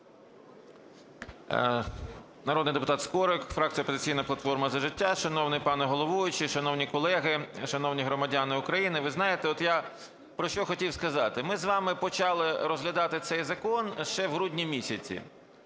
Народний депутат Скорик, фракція "Опозиційна платформа – За життя". Шановний пане головуючий, шановні колеги, шановні громадяни України! Ви знаєте, от я про що хотів сказати. Ми з вами почали розглядати цей закон ще в грудні місяці.